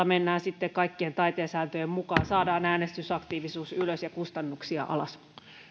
mennään sitten kaikkien taiteen sääntöjen mukaan saadaan äänestysaktiivisuus ylös ja kustannuksia alas